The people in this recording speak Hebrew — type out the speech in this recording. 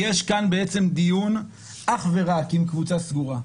יש כאן בעצם דיון אך ורק עם קבוצה סגורה.